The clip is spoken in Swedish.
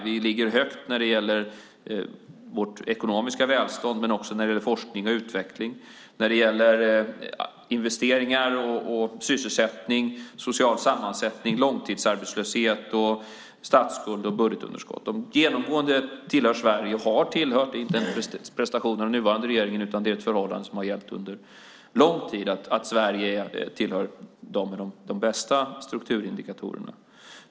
Vi ligger högt när det gäller vårt ekonomiska välstånd men också när det gäller forskning och utveckling, investeringar och sysselsättning, social sammansättning, långtidsarbetslöshet, statsskuld och budgetunderskott. Genomgående tillhör Sverige, och har tillhört - det är inte en prestation av den nuvarande regeringen, utan det är ett förhållande som har gällt under lång tid - dem med de bästa strukturindikatorerna.